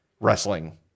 wrestling